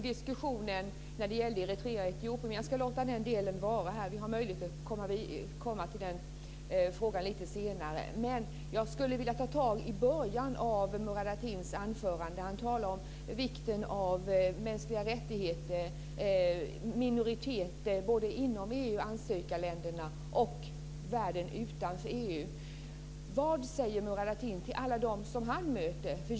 Fru talman! Jag ska inte kommentera diskussionen om Eritrea och Etiopien här. Vi har möjlighet att komma till den lite senare. Jag skulle vilja ta tag i inledningen av Murad Artins anförande, där han talade om vikten av mänskliga rättigheter och om minoriteter inom EU, i ansökarländerna och i världen där utanför. Vad säger Murad Artin till alla dem som han möter?